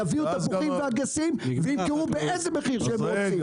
יביאו תפוחים ואגסים וימכרו באיזה מחיר שהם רוצים,